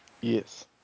Yes